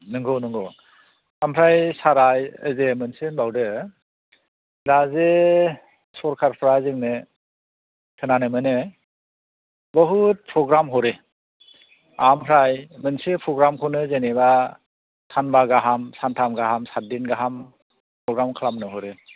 नोंगौ नोंगौ ओमफ्राय सारा जे मोनसे होनबावदो दा जे सरकारफ्रा जोंनो खोनानो मोनो बहुद प्रग्राम हरो ओमफ्राय मोनसे प्रग्रामखौनो जेनेबा सानबा गाहाम सानथाम गाहाम साद्दिन गाहाम प्रग्राम खालामनो हरो